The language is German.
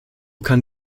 kann